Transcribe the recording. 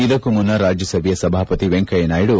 ಇದಕ್ಕೂ ಮುನ್ನ ರಾಜ್ಯಸಭೆಯ ಸಭಾಪತಿ ವೆಂಕಯ್ಯನಾಯ್ವು